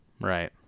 Right